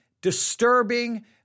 disturbing